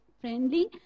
friendly